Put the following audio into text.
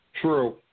True